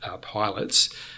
pilots